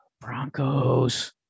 broncos